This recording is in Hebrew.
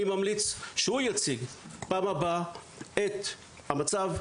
אני ממליץ שהוא יציג פעם הבאה את המצב,